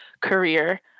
career